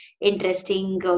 interesting